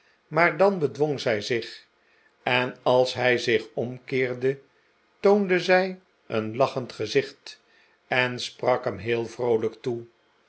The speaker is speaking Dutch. maar dan bedwong zij zich en als hij zich omkeerde toonde zij een lachend gezicht en sprak hem heel vroolijk toe